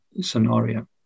scenario